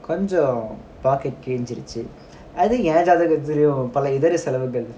கொஞ்சம்பாக்கெட்கிளிஞ்சிருச்சு:kooncham packet kilinchiruchu I think என்ஜாதகத்துலயும்பலஇதரசெலவுகள்:en jathagadhulayum pala ithara selavugal